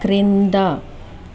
క్రింద